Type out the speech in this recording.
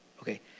Okay